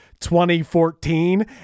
2014